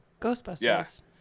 Ghostbusters